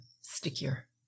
stickier